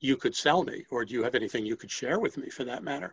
you could sell me or do you have anything you could share with me for that matter